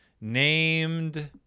named